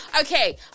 okay